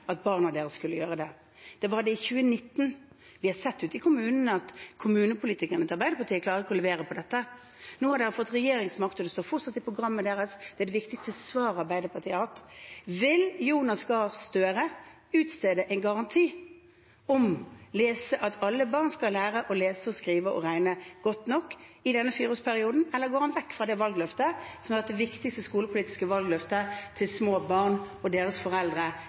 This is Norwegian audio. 2019. Vi har sett ute i kommunene at kommunepolitikerne til Arbeiderpartiet ikke klarer å levere på dette. Nå har Arbeiderpartiet fått regjeringsmakt, og dette står fortsatt i programmet deres; det er det viktigste svaret Arbeiderpartiet har hatt. Vil statsminister Jonas Gahr Støre utstede en garanti i denne fireårsperioden om at alle barn skal lære å lese og skrive og regne godt nok, eller går han vekk fra det valgløftet som har vært det viktigste skolepolitiske valgløftet til små barn og deres foreldre